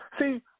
See